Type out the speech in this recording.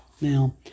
Now